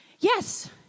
Yes